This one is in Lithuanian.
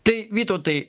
tai vytautai